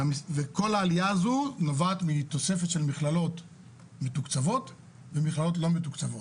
וכל העלייה הזו נובעת מתוספת של מכללות מתוקצבות ומכללות לא מתוקצבות.